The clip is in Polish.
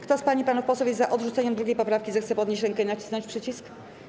Kto z pań i panów posłów jest za odrzuceniem 2. poprawki, zechce podnieść rękę i nacisnąć przycisk.